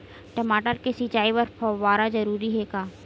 टमाटर के सिंचाई बर फव्वारा जरूरी हे का?